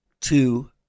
two